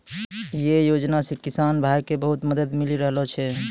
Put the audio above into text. यै योजना सॅ किसान भाय क बहुत मदद मिली रहलो छै